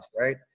right